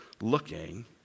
looking